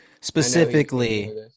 specifically